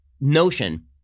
notion